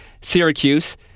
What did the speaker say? Syracuse